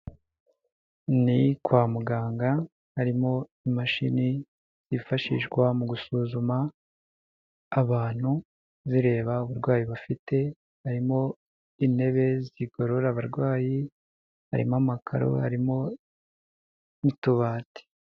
Nikwa muganga harimo imashini zifashishwa mu gusuzuma abantu zireba uburwayi bafite, harimo intebe zigorora abarwayi, harimo amakaro, harimo n'utubati.